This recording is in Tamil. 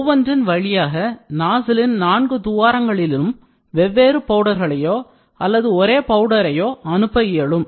ஒவ்வொன்றின் வழியாக நாசிலின் நான்கு துவாரங்களிளும் வெவ்வேறு பவுடர்களையோ அல்லது ஒரே பவுடரயோ அனுப்ப இயலும்